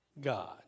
God